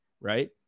right